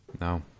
No